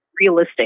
realistic